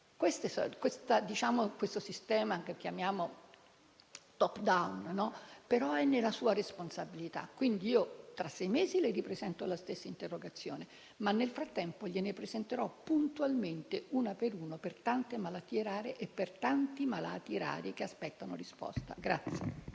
Questo sistema, che chiamiamo *top-down*, rientra nella sua responsabilità. Quindi tra sei mesi ripresenterò la stessa interrogazione e, nel frattempo, gliene presenterò puntualmente altrettante per tante malattie rare e per tanti malati rari che aspettano una risposta.